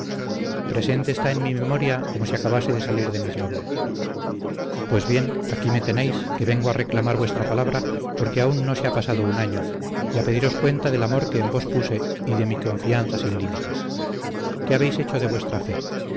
presente está en mi memoria como si acabase de salir de mis labios pues bien aquí me tenéis que vengo a reclamar vuestra palabra porque aún no se ha pasado un año y a pediros cuenta del amor que en vos puse y de mi confianza sin límites qué habéis hecho de vuestra fe